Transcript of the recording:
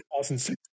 2006